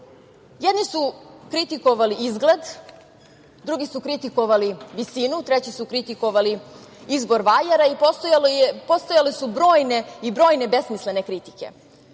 jedni su kritikovali izgled, drugi su kritikovali visinu, treći su kritikovali izbor vajara i postojale su brojne i brojne besmislene kritike.